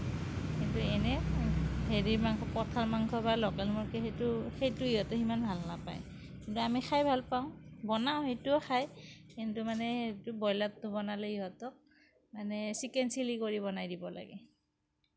কিন্তু এনেই হেৰি মাংস পঠাৰ মাংস বা লোকেল মুৰ্গী সেইটো সেইটো সিঁহতে ইমান ভাল নাপায় কিন্তু আমি খাই ভাল পাওঁ বনাওঁ সেইটোও খায় কিন্তু মানে এইটো ব্ৰইলাৰটো বনালে ইহঁতক মানে চিকেন চিলি কৰি বনাই দিব লাগে